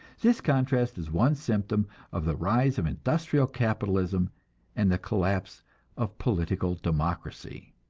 this contrast is one symptom of the rise of industrial capitalism and the collapse of political democracy.